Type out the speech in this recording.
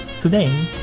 today